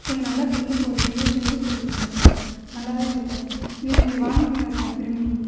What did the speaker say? கொஞ்சம் நல்லா செஞ்சுபோ செய்ய செஞ்சு கொடுக்க சொல்லுங்கள் சார் நல்லாவே இல்லை சார் இதை நீங்கள் வாங்கிக்குங்க சார் திரும்பி